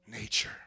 nature